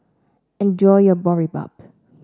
enjoy your Boribap